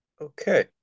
Okay